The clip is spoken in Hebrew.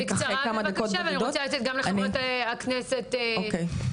בקצרה בבקשה, ואני רוצה לתת גם לחברת הכנסת מטי.